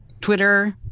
Twitter